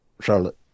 Charlotte